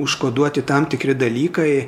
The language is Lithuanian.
užkoduoti tam tikri dalykai